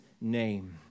name